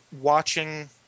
watching